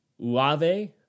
Uave